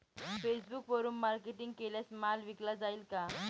फेसबुकवरुन मार्केटिंग केल्यास माल विकला जाईल का?